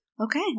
Okay